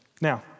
Now